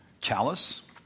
chalice